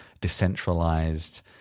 decentralized